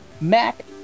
Mac